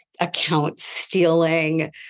account-stealing